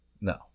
No